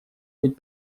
быть